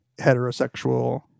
heterosexual